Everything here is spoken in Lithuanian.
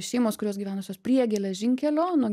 šeimos kurios gyvenusios prie geležinkelio nuo